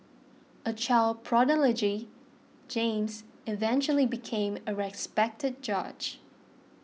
a child prodigy James eventually became a respected judge